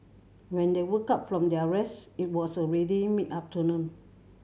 when they woke up from their rest it was already mid afternoon